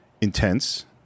intense